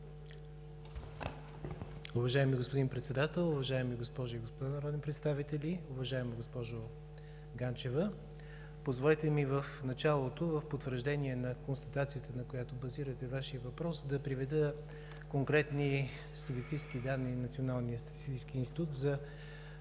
Уважаеми господин Председател, уважаеми дами и господа народни представители! Уважаема госпожо Ганчева, позволете ми в началото – в потвърждение на констатацията, на която базирате Вашия въпрос, да приведа конкретни статистически данни на Националния статистически институт за